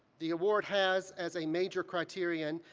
the award has, as a major criterion,